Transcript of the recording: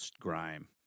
grime